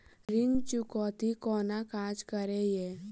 ऋण चुकौती कोना काज करे ये?